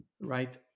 right